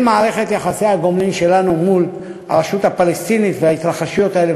מערכת יחסי הגומלין שלנו מול הרשות הפלסטינית וההתרחשויות האלה,